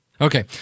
Okay